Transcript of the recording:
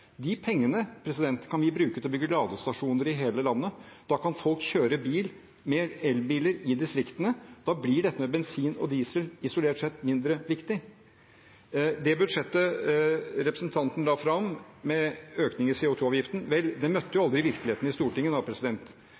De pengene kan vi bruke til å bygge ladestasjoner i hele landet. Da kan folk kjøre bil og mer elbil i distriktene. Da blir bensin og diesel isolert sett mindre viktig. Det budsjettet representanten la fram, med økning i CO2-avgiften – vel, det møtte aldri virkeligheten i Stortinget.